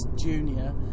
Junior